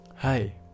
Hi